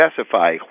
specify